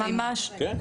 כן,